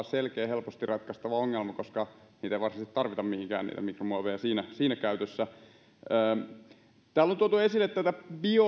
selkeä ja helposti ratkaistava ongelma koska mikromuoveja ei varsinaisesti tarvita mihinkään siinä käytössä kun täällä on tuotu esille tätä